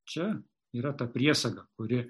čia yra ta priesaga kuri